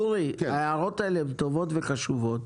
ההערות האלה הן טובות וחשובות,